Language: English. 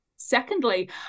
Secondly